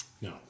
No